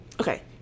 okay